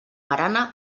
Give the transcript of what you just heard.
barana